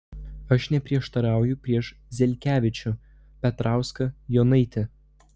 aš neprieštarauju prieš zelkevičių petrauską jonaitį